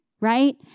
right